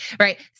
Right